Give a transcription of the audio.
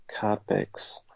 cardbacks